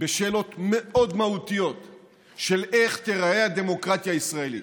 בשאלות מאוד מהותיות של איך תיראה הדמוקרטיה הישראלית,